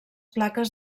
plaques